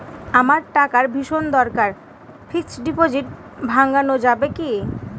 আমার টাকার ভীষণ দরকার ফিক্সট ডিপোজিট ভাঙ্গানো যাবে কি?